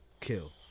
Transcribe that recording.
kill